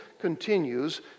continues